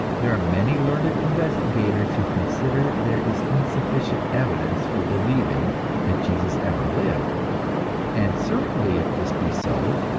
there are many learned investigators who consider there is insufficient evidence for believing that jesus ever lived and certainly if this be so,